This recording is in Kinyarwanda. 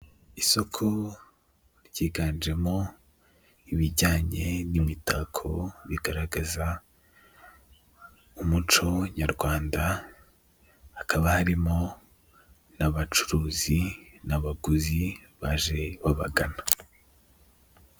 Isoko ryiganjemo ibijyanye n'imitako bigaragaza umuco nyarwanda hakaba harimo n'abacuruzi n'abaguzi baje babagana.